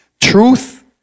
truth